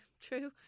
true